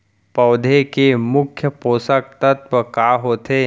पौधे के मुख्य पोसक तत्व का होथे?